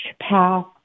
path